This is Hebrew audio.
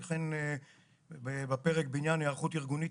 וכן בפרק בעניין היערכות ארגונית,